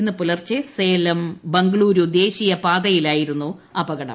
ഇന്ന് പുലർച്ചെ സേലം ബംഗളൂരു ദേശീയപാതയിലായിരുന്നു അപകടം